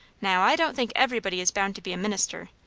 now i don't think everybody is bound to be a minister.